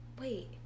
Wait